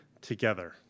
together